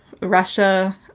Russia